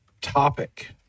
topic